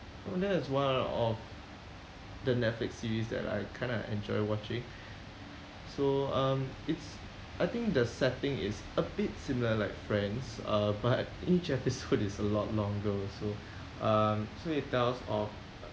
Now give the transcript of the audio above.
so that is one of the Netflix series that I kind of enjoy watching so um it's I think the setting is a bit similar like friends uh but each episode is a lot longer also um so it tells of